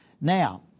Now